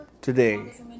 today